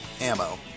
ammo